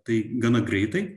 tai gana greitai